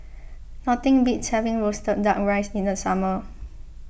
nothing beats having Roasted Duck Rice in the summer